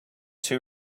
too